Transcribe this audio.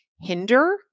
hinder